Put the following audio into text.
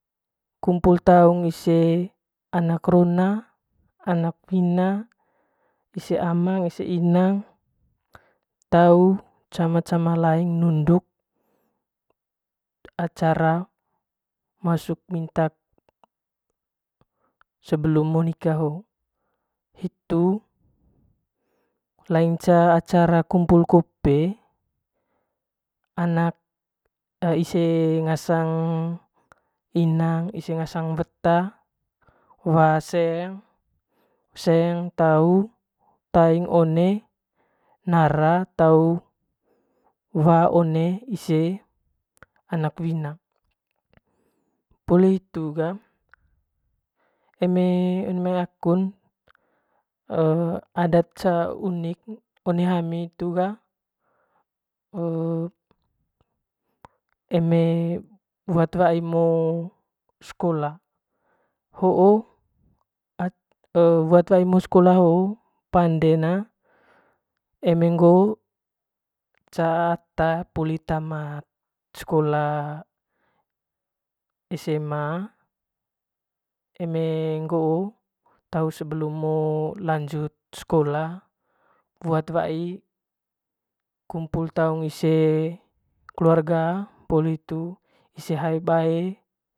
Kumpuyl taung ise anak rona anak wona ise amangn ise inang tau cama cama laing nunduk acara masuk minta sebelum mo nika hoo hitu laing acara kumpul kope anak ise ngasang inang ise ngasang weta wa seng tau teing one nara tau wa one ise anak wina poli hitu ga eme one mai akun adat ce unik one hami hitu ga eme wu'at wa'i eme ngo sekola hoo wuat wai eme ngoo skola hoo panden a eme ngoo ca ata eme poli tamat sekola esema eme nggo tau sebelum ngo lanjut skola wuat wai kumpul taung ise kelurga poli hitu ise hae bae.